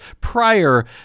prior